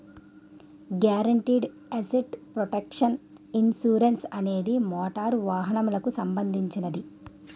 guaranteed asset protection insurance motor మోటారు వాహనాలకు సంబంధించినది